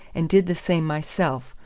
and did the same myself,